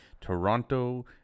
Toronto